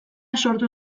sortu